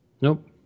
Nope